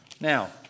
Now